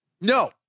No